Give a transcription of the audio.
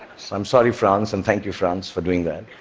i'm sorry, france, and thank you, france, for doing that.